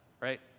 Right